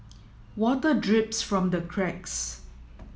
water drips from the cracks